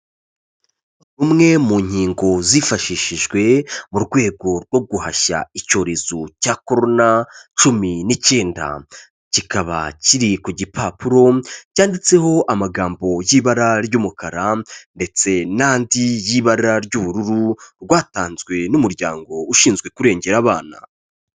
Rumwe mu nkingo zifashishijwe mu rwego rwo guhashya icyorezo cya corona cumi n'icyenda. Kikaba kiri ku gipapuro cyanditseho amagambo y'ibara ry'umukara ndetse n'andi y'ibara ry'ubururu, rwatanzwe n'umuryango ushinzwe kurengera abana.